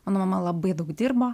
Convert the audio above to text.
mano mama labai daug dirbo